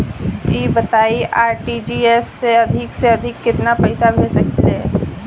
ई बताईं आर.टी.जी.एस से अधिक से अधिक केतना पइसा भेज सकिले?